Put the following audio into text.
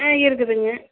ஆ இருக்குதுங்க